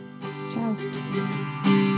Ciao